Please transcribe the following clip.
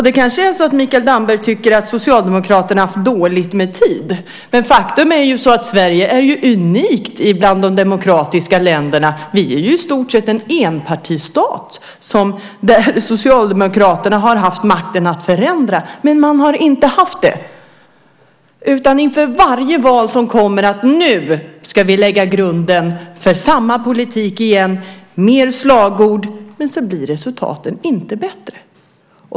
Det kanske är så att Mikael Damberg tycker att Socialdemokraterna har haft dåligt med tid, men faktum är ju att Sverige är unikt bland de demokratiska länderna. Vi är i stort sett en enpartistat där Socialdemokraterna har haft makten att förändra, men de har inte gjort det. Inför varje val säger man att man ska lägga grunden för samma politik igen. Det är mer slagord, men sedan blir resultaten inte bättre.